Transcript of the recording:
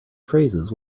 phrases